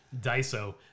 Daiso